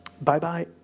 Bye-bye